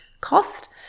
cost